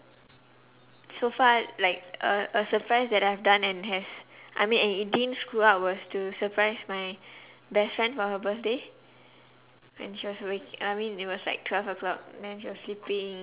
so far like a a surprise that I've done and has I mean and it didn't screw up was to surprise my best friend for her birthday when she was with I mean it was like twelve o'clock then she was sleeping